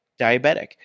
diabetic